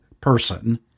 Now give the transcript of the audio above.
person